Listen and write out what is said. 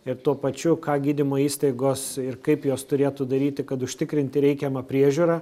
ir tuo pačiu ką gydymo įstaigos ir kaip jos turėtų daryti kad užtikrinti reikiamą priežiūrą